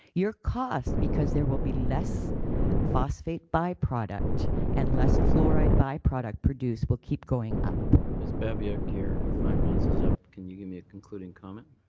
your cost, because there will be less phosphate byproduct and less fluoride byproduct produced, will keep going up. ms. babiak, your five minutes is up. can you give me a concluding comment.